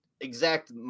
exact